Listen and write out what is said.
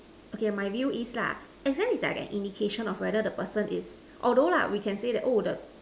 okay my view is lah exam is like an indication of whether the person is although lah we can say that the